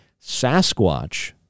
Sasquatch